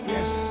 Yes